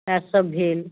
सहए सब भेल